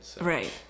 Right